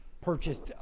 purchased